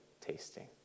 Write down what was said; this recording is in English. tasting